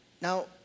Now